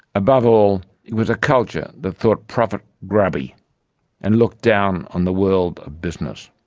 above all, it was a culture that thought profit grubby and looked down on the world of business.